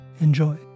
Enjoy